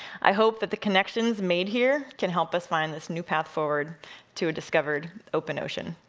i hope that the connections made here can help us find this new path forward to a discovered open ocean.